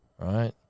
right